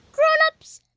grown-ups,